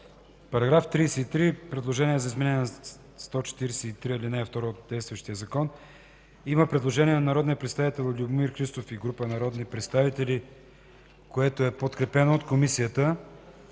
Параграф 33 –предложение за изменение в чл. 143, ал. 2 от действащия закон. Предложение на народния представител Любомир Христов и група народни представители, което е подкрепено от Комисията.